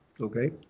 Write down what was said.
okay